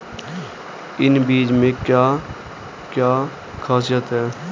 इन बीज में क्या क्या ख़ासियत है?